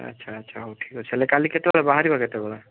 ଆଚ୍ଛା ଆଚ୍ଛା ହଉ ଠିକ୍ ଅଛି ତା'ହେଲେ କାଲି କେତେବେଳେ ବାହାରିବା କେତେବେଳେ